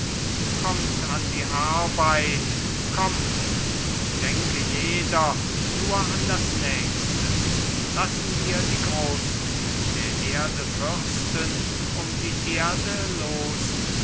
kommt an die arbeit kommt und denke jeder nur an das nächste lassen wir die großen der erde fürsten um die erde losen